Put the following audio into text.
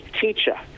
teacher